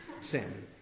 sin